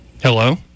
Hello